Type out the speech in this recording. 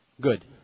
Good